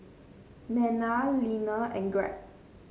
Nanna Linnea and Gregg